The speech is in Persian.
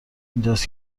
اینجاست